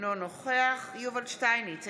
אינו נוכח יובל שטייניץ,